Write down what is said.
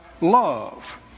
love